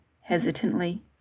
hesitantly